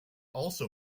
also